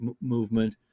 movement